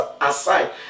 aside